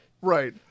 Right